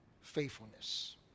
faithfulness